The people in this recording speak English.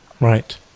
right